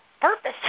purpose